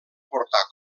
portar